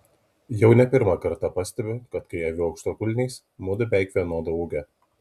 jau ne pirmą kartą pastebiu kad kai aviu aukštakulniais mudu beveik vienodo ūgio